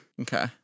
Okay